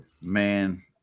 man